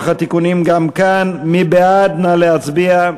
סעיף 78 התקבל כנוסח הוועדה גם ל-2014.